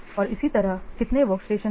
और इसी तरह कितने वर्कस्टेशन हैं